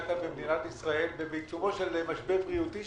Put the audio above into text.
כאן במדינת ישראל ובעיצומו של משבר בריאותי,